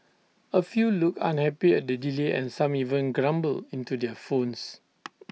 A few looked unhappy at the delay and some even grumbled into their phones